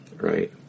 right